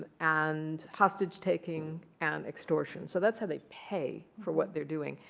and hostage-taking, and extortion. so that's how they pay for what they're doing.